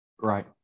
right